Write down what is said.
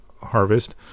harvest